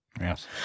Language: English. yes